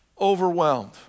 overwhelmed